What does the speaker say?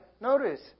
Notice